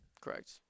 Correct